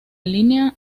línea